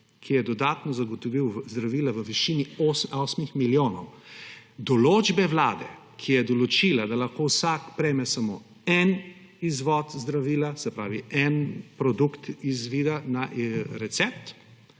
ki je dodatno zagotovil zdravila v višini 8 milijonov, določbe Vlade, ki je določila, da lahko vsak prejme samo en izvod zdravila, se pravi, en produkt zdravila na recept,